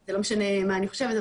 זה לא משנה מה אני חושבת,